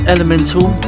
Elemental